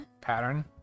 pattern